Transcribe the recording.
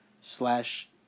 slash